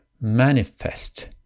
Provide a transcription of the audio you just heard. manifest